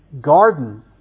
garden